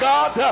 God